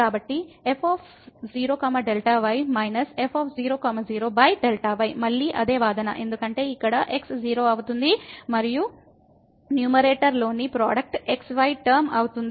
కాబట్టి f 0 Δy −f 0 0 Δy మళ్ళీ అదే వాదన ఎందుకంటే ఇక్కడ x 0 అవుతుంది మరియు న్యూమరేటర్లోని ప్రోడక్ట్ x y టర్మ అవుతుంది